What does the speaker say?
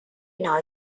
nói